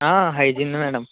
hygiene madam